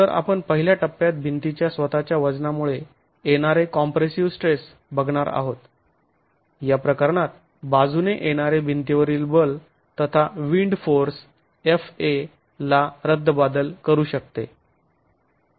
तर आपण पहिल्या टप्प्यात भिंतीच्या स्वतःच्या वजनामुळे येणारे कॉम्प्रेसिव स्ट्रेस बघणार आहोत या प्रकरणात बाजूने येणारे भिंती वरील बल तथा विन्ड फोर्स 'fa' ला रद्दबातल करू शकते